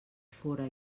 fóra